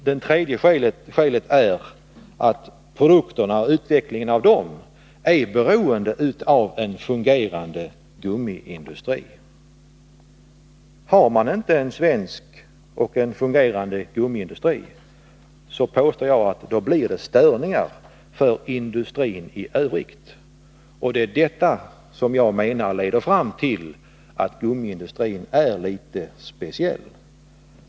Det tredje skälet är att utvecklingen av produkterna är beroende av en fungerande gummiindustri. Finns det inte en fungerande svensk gummiindustri, påstår jag att det blir störningar för industrin i övrigt. Detta leder fram till, menar jag, att gummiindustrin är litet speciell.